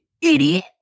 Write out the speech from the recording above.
Idiot